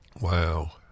wow